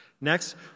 Next